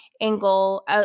angle